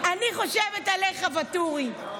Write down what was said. אני חושבת עליך, ואטורי,